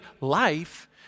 life